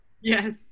Yes